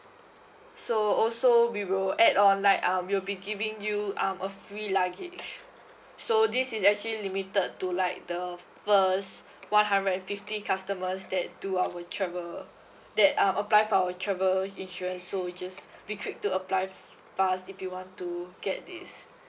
so also we will add on like um we'll be giving you um a free luggage so this is actually limited to like the first one hundred and fifty customers that do our travel that uh apply for our travel insurance so you just be quick to apply for for us if you want to get this